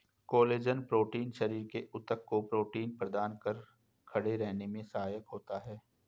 collagen protein शरीर के ऊतक को प्रोटीन प्रदान कर खड़े रहने में सहायक होता है